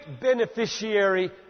beneficiary